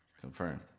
Confirmed